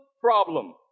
problem